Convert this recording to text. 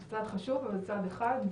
זה צעד חשוב אבל צעד אחד,